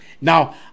Now